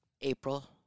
April